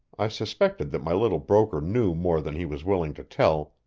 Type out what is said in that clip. i suspected that my little broker knew more than he was willing to tell,